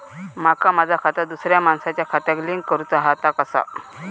माका माझा खाता दुसऱ्या मानसाच्या खात्याक लिंक करूचा हा ता कसा?